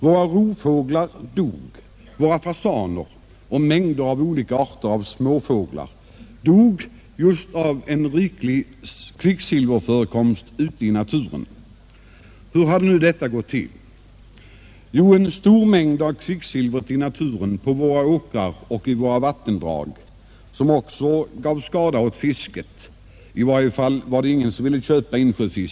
Våra rovfåglar dog, våra fasaner och en mängd arter av småfåglar dog just på grund av en riklig kvicksilverförekomst ute i naturen. Hur hade detta gått till? Jo, man kunde härleda en stor del av kvicksilvret i naturen till det betningsförfarande med kvicksilver som jordbrukarna använde för att förhindra angrepp på utsädet.